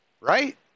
right